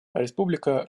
республика